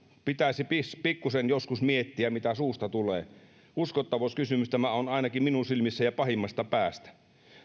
pitäisi pitäisi pikkusen joskus miettiä mitä suusta tulee uskottavuuskysymys tämä on ainakin minun silmissäni ja pahimmasta päästä